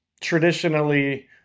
traditionally